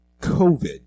COVID